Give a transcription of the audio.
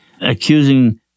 accusing